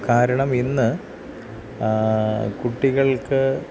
കാരണം ഇന്ന് കുട്ടികൾക്ക്